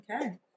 Okay